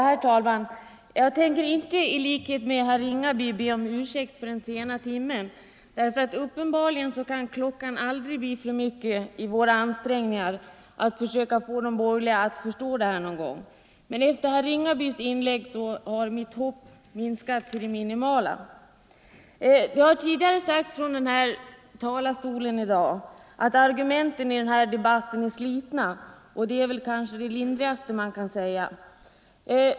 Herr talman! Jag tänker inte som herr Ringaby be om ursäkt för att jag yttrar mig i den här sena timmen, för uppenbarligen kan klockan aldrig bli för mycket när det gäller våra ansträngningar att försöka få de borgerliga att förstå den här saken. Men efter herr Ringabys inlägg har mitt hopp på den punkten minskat till det minimala. Det har tidigare sagts från den här talarstolen i dag att argumenten i den här debatten är slitna, och det är kanske det lindrigaste man kan säga.